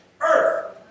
Earth